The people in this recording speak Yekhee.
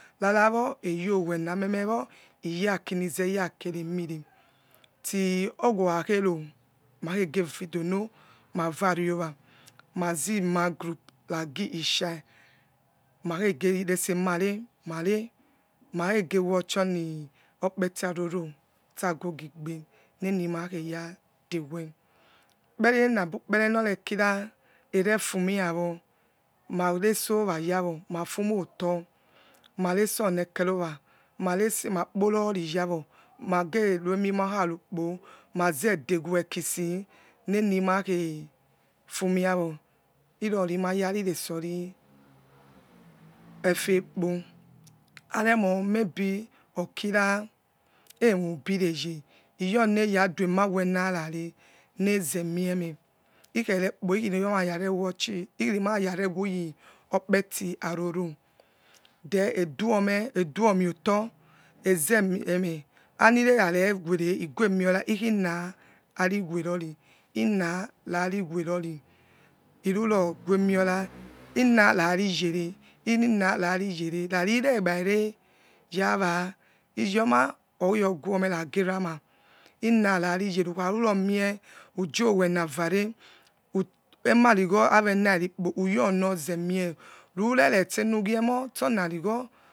Rara wowo eyowena memewo iya kiui zekere mine till owokhakhevo makheghe fidono mavareowa ma zomagrub nagi ishar makhege nese mare mare makhege watch oni okpeti aroro stagogi igbe nenimakheyadewe ukpenenabi norekira erefumuyiowo mareso wa yawo mafu moto marese ekerowa maresie makporowa yawo magerue mirararukpo magedewe kisi nenima khefumiawo irorimayari resori efekpo aremo maybe okira emobireye iyoneraduemawena ra re nezemienare ikerekpo marara rewatchi whi okpetiaroro then eduome eduome oto ezemieme amirerarewere igwemiora ikhina rari werori ina rariwerori irurogel emiora inarariyene inninarariyere rari iregbare jawa wa iyoma na gevama iyoguoma oyioguone nagi eramah inarariyere ukharuro mie ujowena vare who emarigho hawenarikpo uyori nozemie ureresuugiemo suna righo